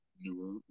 newer